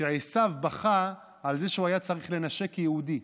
שעשיו בכה על זה שהוא היה צריך לנשק יהודי,